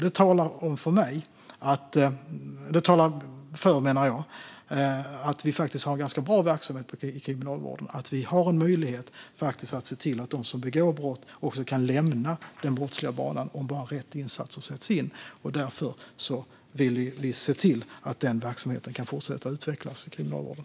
Det talar för, menar jag, att vi faktiskt har en ganska bra verksamhet i kriminalvården och att vi har en möjlighet att se till att de som begår brott kan lämna den brottsliga banan om bara rätt insatser sätts in. Därför vill vi se till att den verksamheten kan fortsätta att utvecklas i kriminalvården.